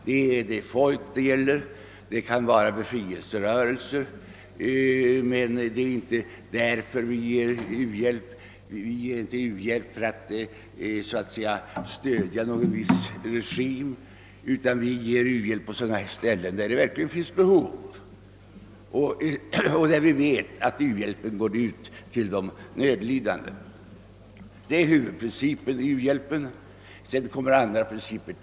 Den avser människor och det kan vara fråga om befrielserörelser, men vi ger inte u-hjälp för att stödja någon viss politik utan för att hjälpa där det verkligen finns behov och där vi vet att hjälpen verkligen går till de nödlidande. Detta är u-hjälpens huvudprincip. Sedan tillkommer andra principer.